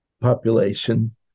population